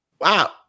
wow